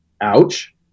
ouch